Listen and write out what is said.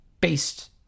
based